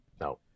No